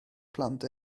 plant